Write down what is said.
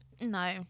no